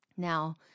Now